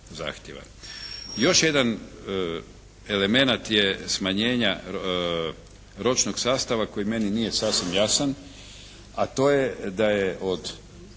Još jedan elemenat je smanjenja ročnog sastava koji meni nije sasvim jasan, a to je da je od